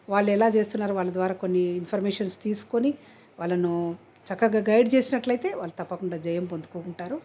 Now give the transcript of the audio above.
వాళ్ళు ఎలా చేస్తున్నారు వాళ్ళ ద్వారా కొన్ని ఇన్ఫర్మేషన్స్ తీసుకొని వాళ్ళను చక్కగా గైడ్ చేసినట్లయితే వాళ్ళు తప్పకుండా జయం పొందుకుంటారు